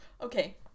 Okay